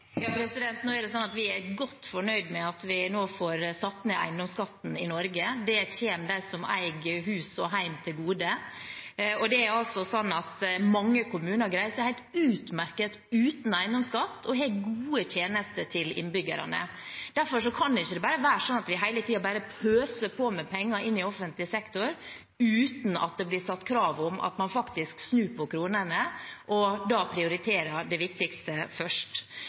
Vi er godt fornøyd med at vi nå får satt ned eiendomsskatten i Norge. Det kommer dem som eier hus og hjem til gode. Mange kommuner greier seg helt utmerket uten eiendomsskatt og har gode tjenester til innbyggerne. Derfor kan det ikke være slik at vi hele tiden bare pøser på med penger inn i offentlig sektor uten at det stilles krav om at man faktisk snur på kronene og prioriterer det viktigste først.